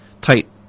tight